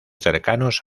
cercanos